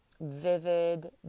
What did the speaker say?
vivid